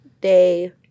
day